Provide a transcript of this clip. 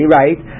right